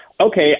Okay